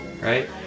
right